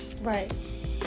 Right